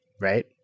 Right